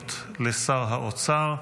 ורגילות לשר האוצר.